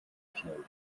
schnell